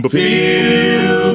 feel